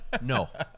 no